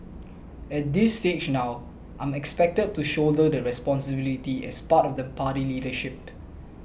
at this stage now I'm expected to shoulder the responsibility as part of the party leadership